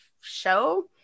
show